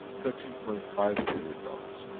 thirteen point five billion dollars.